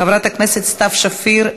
חברת הכנסת סתיו שפיר,